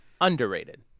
underrated